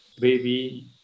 baby